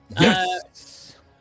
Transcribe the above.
Yes